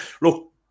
look